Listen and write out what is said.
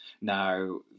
Now